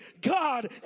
God